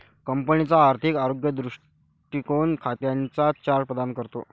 कंपनीचा आर्थिक आरोग्य दृष्टीकोन खात्यांचा चार्ट प्रदान करतो